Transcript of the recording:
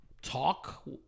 Talk